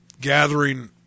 gathering